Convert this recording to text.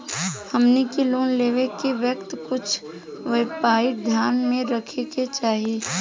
हमनी के लोन लेवे के वक्त कुछ प्वाइंट ध्यान में रखे के चाही